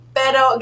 pero